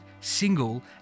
single